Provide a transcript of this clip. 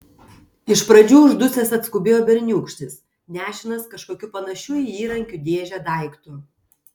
iš pradžių uždusęs atskubėjo berniūkštis nešinas kažkokiu panašiu į įrankių dėžę daiktu